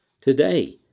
Today